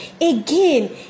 Again